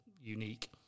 unique